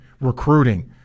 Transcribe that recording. recruiting